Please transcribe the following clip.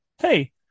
hey